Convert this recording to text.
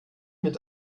mit